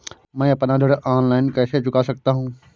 मैं अपना ऋण ऑनलाइन कैसे चुका सकता हूँ?